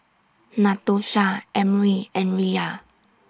Natosha Emry and Riya